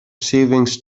savings